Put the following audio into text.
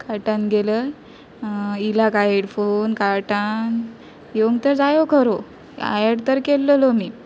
कार्टान गेलें आयला काय हेडफोन कार्टान येवंंक तर जाय खरो एड तर केल्लेलो मी